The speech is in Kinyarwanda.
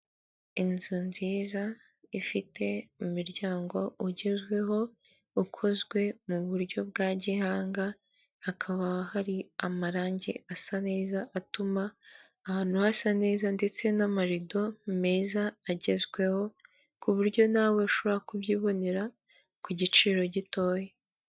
Inzu nziza ifite umuryango ugezweho ukozwe mu buryo bwa gihanga, hakaba hari amarangi asa neza atuma ahantu hasa neza ndetse n'amarido meza agezweho ku buryo nawe ushobora kubyibonera ku giciro gitoya.